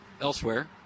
elsewhere